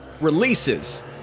releases